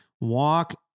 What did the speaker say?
walk